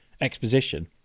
exposition